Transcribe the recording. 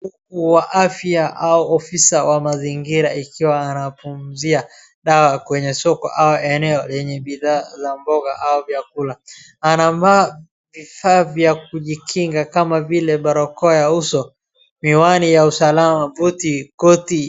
Mkuu wa afya pia au ofisa wa mazingira akiwa anapulizia dawa kwenye soko au eneo yenye bidhaa za mboga au vya kula. Anavaa vifaa vya kujikinga kama vile barakoa ya uso, miwani ya usalama, buti, koti.